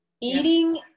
eating